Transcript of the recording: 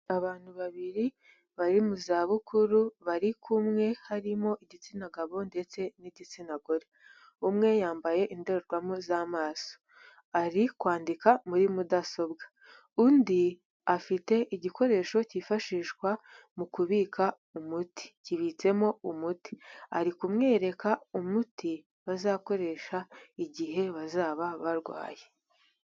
Abantu babiri bari mu zabukuru bari kumwe harimo igitsina gabo ndetse n'igitsina gore. Umwe yambaye indorerwamo z'amaso ari kwandika muri mudasobwa, undi afite igikoresho cyifashishwa mu kubika umuti, kibitsemo umuti. Ari kumwereka umuti bazakoresha igihe bazaba barwaye.